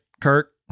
Kirk